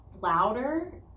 louder